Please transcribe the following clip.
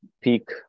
peak